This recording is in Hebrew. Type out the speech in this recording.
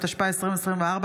התשפ"ה 2024,